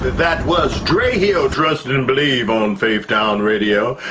that was dray hill trust and believe on faithtown radio.